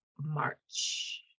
March